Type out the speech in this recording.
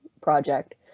project